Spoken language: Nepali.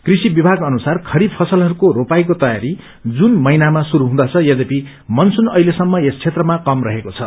कृषि विभाग अनुसार खरीफ फसलहरूको रोपाईको तयारी जून महिनामा शुरू हुँदछ यद्यपि मनसून अहिलेसम्म यस क्षेत्रमा कम रहेको छ